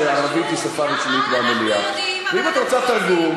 אני רוצה לדעת מה הוא אמר עכשיו.